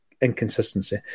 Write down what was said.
inconsistency